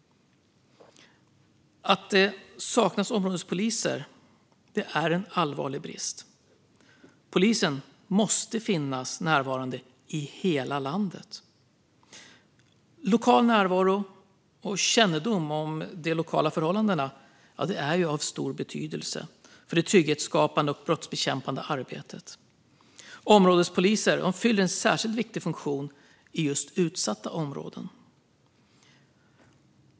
Att det saknas områdespoliser är en allvarlig brist. Polisen måste finnas närvarande i hela landet. Lokal närvaro och kännedom om de lokala förhållandena är av stor betydelse för det trygghetsskapande och brottsbekämpande arbetet. Områdespoliser fyller en särskilt viktig funktion i just utsatta områden.